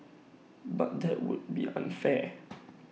but that would be unfair